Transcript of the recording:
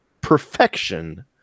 perfection